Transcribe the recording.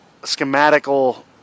schematical